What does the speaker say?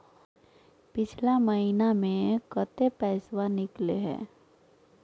पिछला महिना मे कते पैसबा निकले हैं?